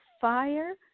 fire